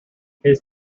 his